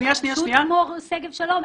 אבל רשות כמו שגב שלום,